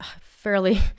fairly